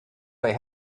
they